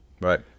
right